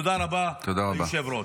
תודה רבה ליושב-ראש.